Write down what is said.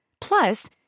Plus